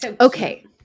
Okay